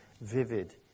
vivid